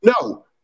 No